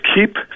keep